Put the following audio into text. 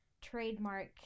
trademark